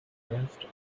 compressed